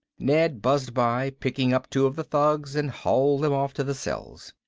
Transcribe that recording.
ned buzzed by, picked up two of the thugs, and hauled them off to the cells.